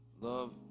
love